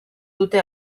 dute